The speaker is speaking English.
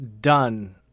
done